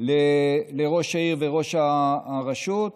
לראש העיר ולראש הרשות,